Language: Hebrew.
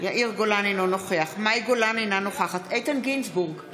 אינה נוכחת איתן גינזבורג,